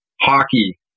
hockey